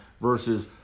versus